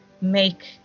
make